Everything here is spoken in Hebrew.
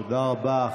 תודה, תודה רבה.